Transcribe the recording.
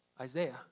Isaiah